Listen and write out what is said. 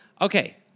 Okay